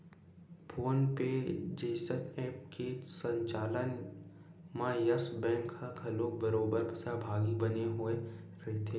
phone पे जइसन app के संचालन म यस बेंक ह घलोक बरोबर सहभागी बने होय रहिथे